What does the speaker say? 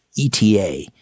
ETA